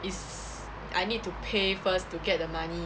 is I need to pay first to get the money